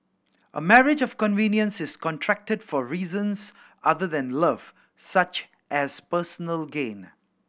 a marriage of convenience is contracted for reasons other than love such as personal gain